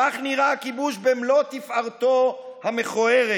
כך נראה הכיבוש במלוא תפארתו המכוערת.